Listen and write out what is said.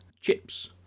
Chips